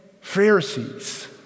Pharisees